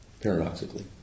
paradoxically